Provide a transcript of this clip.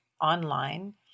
online